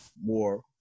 more